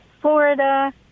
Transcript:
Florida